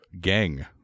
gang